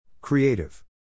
Creative